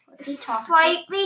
Slightly